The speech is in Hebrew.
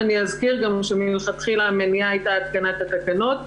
אני אזכיר גם שמלכתחילה המניע הייתה התקנת התקנות,